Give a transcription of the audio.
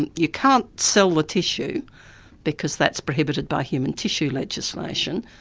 and you can't sell the tissue because that's prohibited by human tissue legislation,